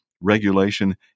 regulation